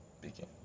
begin